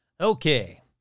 Okay